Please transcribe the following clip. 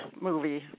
movie